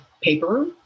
paper